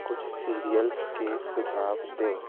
कुछ सिरियल्स के सुझाव दें